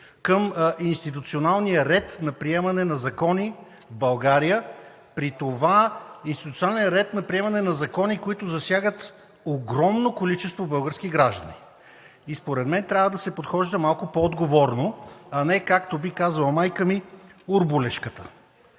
към институционалния ред на приемане на закони в България. При това институционалният ред на приемане на закони, който засяга огромно количество български граждани. Според мен трябва да се подхожда малко по-отговорно, а не както би казала майка ми – урбулешката.